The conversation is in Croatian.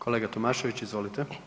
Kolega Tomašević, izvolite.